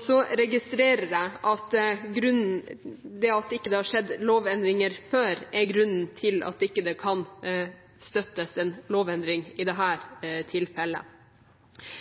Så registrerer jeg at det at det ikke har skjedd lovendringer før, er grunnen til at en lovendring ikke kan støttes i dette tilfellet. I SV synes vi derimot at det